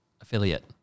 Affiliate